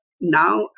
now